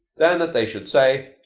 than that they should say,